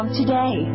today